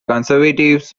conservatives